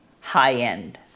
high-end